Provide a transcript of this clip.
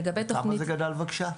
כמה זה גדל בבקשה?